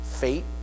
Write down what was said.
Fate